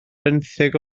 fenthyg